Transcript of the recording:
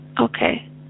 Okay